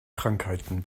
krankheiten